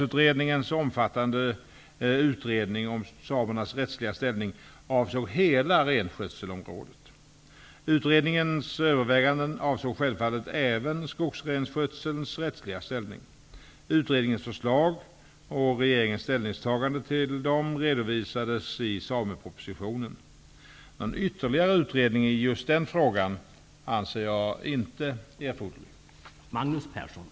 På vilket sätt och vid vilken tidpunkt avser jordbruksministern att återkomma till riksdagen i frågan om skogssamernas rättsliga ställning och skogsrenskötselns villkor mot bakgrund av riksdagens beslut?